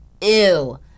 ew